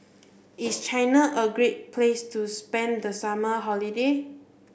is China a great place to spend the summer holiday